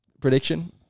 prediction